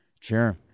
Sure